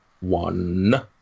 one